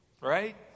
Right